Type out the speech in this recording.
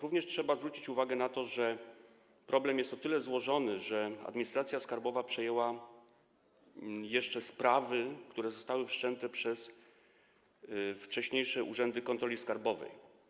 Również trzeba zwrócić uwagę na to, że problem jest o tyle złożony, że administracja skarbowa przejęła jeszcze sprawy, które zostały wszczęte przez wcześniejsze urzędy kontroli skarbowej.